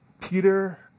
Peter